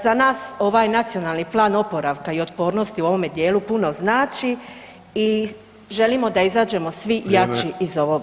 Za nas ovaj Nacionalni plan oporavka i otpornosti u ovome dijelu puno znači i želimo da izađemo svi jači [[Upadica: Vrijeme]] iz ovoga.